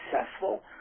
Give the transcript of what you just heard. successful